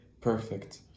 perfect